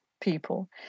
people